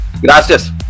Gracias